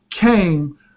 came